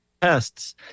tests